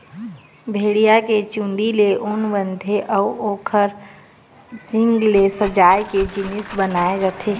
भेड़िया के चूंदी ले ऊन बनथे अउ एखर सींग ले सजाए के जिनिस बनाए जाथे